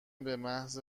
بمحض